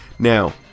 Now